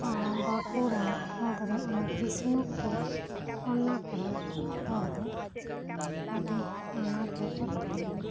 ᱟᱨ ᱵᱟᱸᱠᱩᱲᱟ ᱯᱷᱮᱰ ᱨᱮ ᱚᱸᱰᱮ ᱵᱤᱥᱱᱩᱯᱩᱨ ᱚᱱᱟ ᱠᱚᱨᱮᱱ ᱦᱚᱲ ᱫᱚ ᱟᱹᱰᱤ ᱟᱱᱟᱴ ᱨᱮ ᱠᱚ ᱛᱟᱦᱮᱸᱭᱮᱱᱟ